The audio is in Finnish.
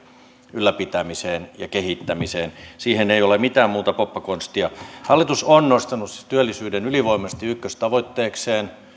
ylläpitämiseen ja kehittämiseen siihen ei ole mitään muuta poppakonstia hallitus on nostanut työllisyyden ylivoimaisesti ykköstavoitteekseen